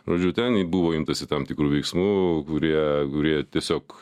žodžiu ten buvo imtasi tam tikrų veiksmų kurie kurie tiesiog